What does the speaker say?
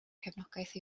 cefnogaeth